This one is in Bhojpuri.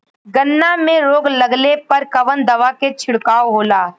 गन्ना में रोग लगले पर कवन दवा के छिड़काव होला?